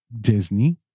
Disney